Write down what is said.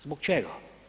Zbog čega?